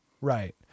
Right